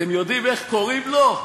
אתם יודעים איך קוראים לו?